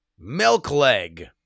Milkleg